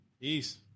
Peace